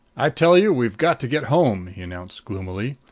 i tell you, we've got to get home! he announced gloomily.